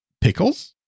Pickles